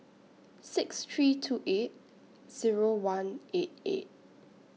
six three two eight Zero one eight eight